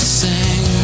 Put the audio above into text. sing